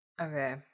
Okay